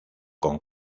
con